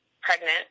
pregnant